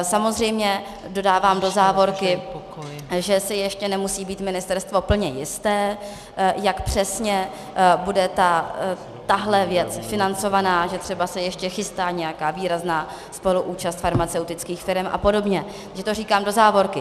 Samozřejmě, dodávám do závorky, že si ještě nemusí být ministerstvo plně jisté, jak přesně bude tahle věc financovaná, že třeba se ještě chystá nějaká výrazná spoluúčast farmaceutických firem apod., to říkám do závorky.